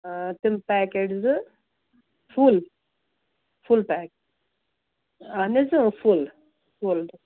تِم پٮ۪کٮ۪ٹ زٕ full full pack اَہَن حظ اۭں فُل فُل